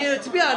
אני אצביע,